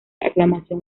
aclamación